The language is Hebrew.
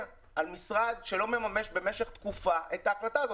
על משרד שלא מממש במשך תקופה את ההחלטה הזאת.